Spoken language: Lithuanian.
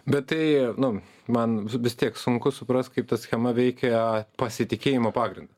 bet tai nu man vis tiek sunku suprast kaip ta schema veikia pasitikėjimo pagrindu